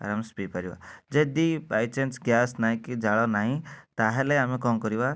ଆରାମସେ ପିଇପାରିବ ଯଦି ବାଇଚାନ୍ସ ଗ୍ୟାସ ନାହିଁ କି ଜାଳ ନାହିଁ ତାହେଲେ ଆମେ କ'ଣ କରିବା